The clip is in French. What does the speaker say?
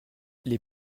les